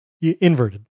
inverted